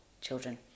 children